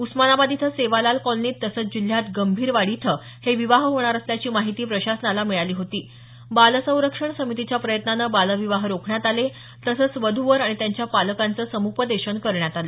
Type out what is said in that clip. उस्मानाबाद इथं सेवालाल कॉलनीत तसंच जिल्ह्यात गंभीरवाडी इथं हे विवाह होणार असल्याची माहिती प्रशासनाला मिळाली होती बाल संरक्षण समितीच्या प्रयत्नाने बाल विवाह रोखण्यात आले तसंच वध् वर आणि त्यांच्या पालकांच सम्पदेशन करण्यात आल